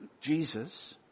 Jesus